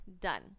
done